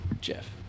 Jeff